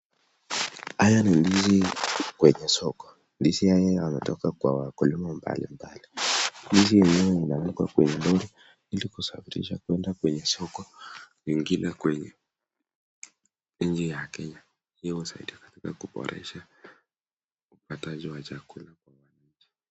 Haya ni ndizi kwenye soko. Ndizi haya zinatoka kwa wakulima mbalimbali. Ndizi hizi zimewekwa kwenye lori ili kusafirisha kwenda kwenye soko nyingine kwenye nchi ya Kenya. Hiyo inasaidia katika kuboresha upataji wa chakula.